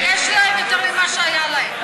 יש להם יותר ממה שהיה להם.